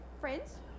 friends